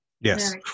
yes